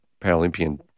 Paralympian